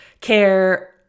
care